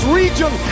region